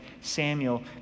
Samuel